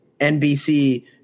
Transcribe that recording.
NBC